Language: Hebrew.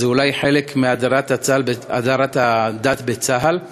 זה אולי חלק מהדרת הדת בצה"ל.